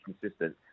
consistent